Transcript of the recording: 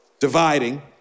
dividing